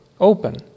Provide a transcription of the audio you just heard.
open